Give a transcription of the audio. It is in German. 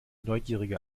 neugierige